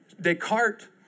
Descartes